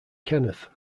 kenneth